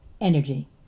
energy